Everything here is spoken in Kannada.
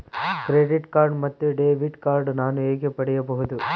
ಕ್ರೆಡಿಟ್ ಕಾರ್ಡ್ ಮತ್ತು ಡೆಬಿಟ್ ಕಾರ್ಡ್ ನಾನು ಹೇಗೆ ಪಡೆಯಬಹುದು?